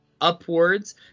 upwards